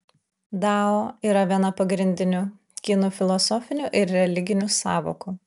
dao yra viena pagrindinių kinų filosofinių ir religinių sąvokų